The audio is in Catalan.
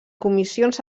comissions